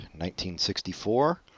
1964